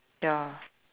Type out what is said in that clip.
ya